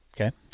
Okay